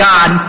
God